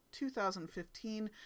2015